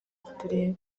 kutureba